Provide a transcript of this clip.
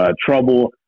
trouble